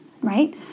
Right